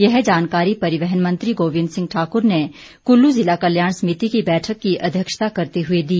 यह जानकारी परिवहन मंत्री गोविंद सिंह ठाकुर ने कुल्लू जिला कल्याण समिति की बैठक की अध्यक्षता करते हुए दी